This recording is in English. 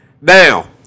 now